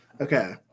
okay